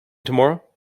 tomorrow